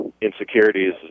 insecurities